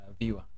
viewer